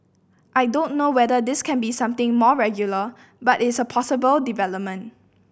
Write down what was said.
I don't know whether this can be something more regular but it's a possible development